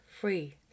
free